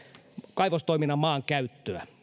kaivostoiminnan maankäyttöä